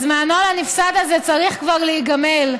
מהנוהל הנפסד הזה צריך כבר להיגמל.